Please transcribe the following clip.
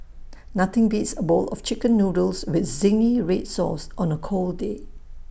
nothing beats A bowl of Chicken Noodles with Zingy Red Sauce on A cold day